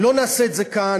אם לא נעשה את זה כאן,